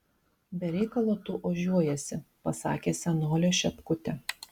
be reikalo tu ožiuojiesi pasakė senolė šepkutė